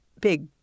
big